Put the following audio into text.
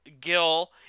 Gil